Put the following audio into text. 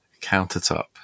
countertop